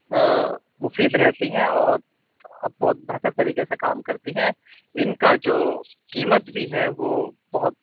مفید رہتی ہے اور بہت بہتر طریقے سے کام کرتی ہے ان کا جو قیمت بھی ہے وہ بہت